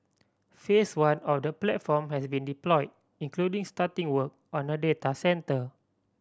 Phase One of the platform has been deployed including starting work on a data centre